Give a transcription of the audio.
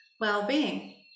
well-being